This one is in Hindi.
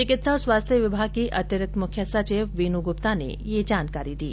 चिकित्सा और स्वास्थ्य विभाग की अतिरिक्त मुख्य सचिव वीनू गुप्ता ने ये जानकारी दी